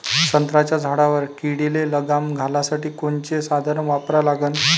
संत्र्याच्या झाडावर किडीले लगाम घालासाठी कोनचे साधनं वापरा लागन?